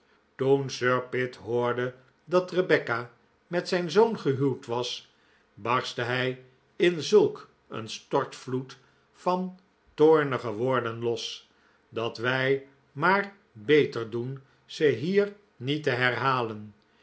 toen sir pitt hoorde dat rebecca met zijn zoon gehuwd was barstte hij in zulk een stortvloed van toornige woorden los dat wij maar beter doen ze hier niet te herhalen